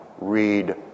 read